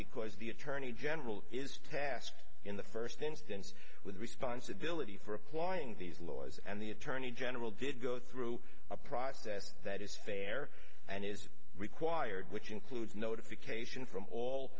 because the attorney general is tasked in the first instance with responsibility for applying these laws and the attorney general did go through a process that is fair and is required which includes notification from all